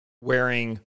wearing